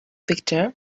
victor